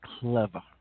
clever